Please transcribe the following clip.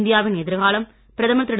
இந்தியாவின் எதிர்காலம் பிரதமர் திரு